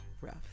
rough